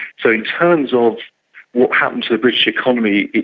so in terms of what happened to the british economy,